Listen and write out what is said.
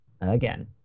Again